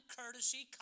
courtesy